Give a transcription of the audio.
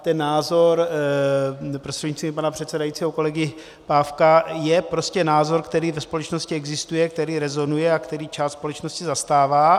A ten názor prostřednictvím pana předsedajícího kolegy Pávka je prostě názor, který ve společnosti existuje, který rezonuje a který část společnosti zastává.